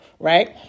Right